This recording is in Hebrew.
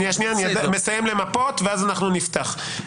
אני מסיים למפות, ואז נפתח את הדיון.